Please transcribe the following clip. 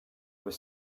were